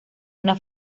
una